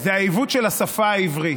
העיוות של השפה העברית: